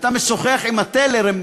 שאתה משוחח עם הטלר,